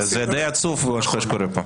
זה די עצוב מה שקורה כאן.